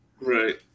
right